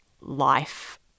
life